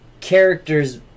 characters